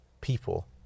people